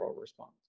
response